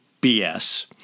BS